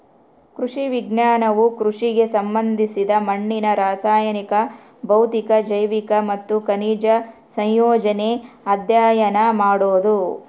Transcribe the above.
ಕೃಷಿ ವಿಜ್ಞಾನವು ಕೃಷಿಗೆ ಸಂಬಂಧಿಸಿದ ಮಣ್ಣಿನ ರಾಸಾಯನಿಕ ಭೌತಿಕ ಜೈವಿಕ ಮತ್ತು ಖನಿಜ ಸಂಯೋಜನೆ ಅಧ್ಯಯನ ಮಾಡೋದು